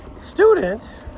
students